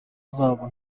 zabo